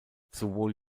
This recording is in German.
sowohl